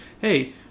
hey